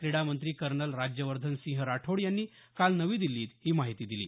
क्रीडा मंत्री कर्नल राज्यवर्धन सिंह राठोड यांनी काल नवी दिल्लीत ही माहिती दिली